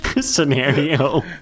scenario